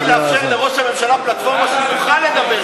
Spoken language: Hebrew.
רציתי לאפשר לראש הממשלה פלטפורמה שהוא יוכל לדבר בה.